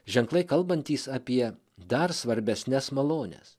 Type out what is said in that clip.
ženklai kalbantys apie dar svarbesnes malones